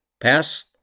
Pass